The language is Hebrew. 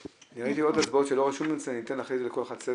יש גם הכשרות מקצועיות שהתלמידות,